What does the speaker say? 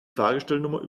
fahrgestellnummer